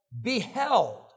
beheld